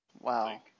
Wow